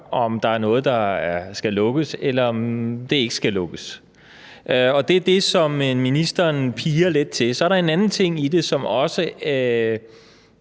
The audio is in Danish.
om der er noget, der skal lukkes, eller om det ikke skal lukkes. Det er det, som ministeren pirker lidt til. Så er der en anden ting i det, som